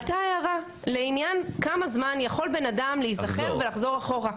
עלתה הערה לעניין כמה זמן יכול בן אדם להיזכר ולחזור אחורה.